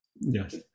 Yes